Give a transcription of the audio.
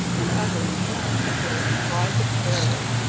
and uttering inarticulate cries of terror.